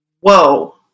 whoa